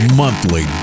monthly